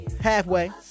halfway